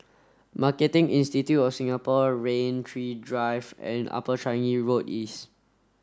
Marketing Institute of Singapore Rain Tree Drive and Upper Changi Road East